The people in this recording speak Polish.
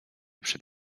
przed